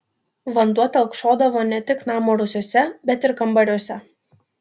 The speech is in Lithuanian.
vanduo telkšodavo ne tik namo rūsiuose bet ir kambariuose